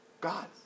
God